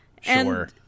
Sure